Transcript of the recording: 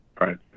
right